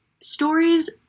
stories